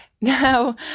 Now